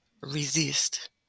Resist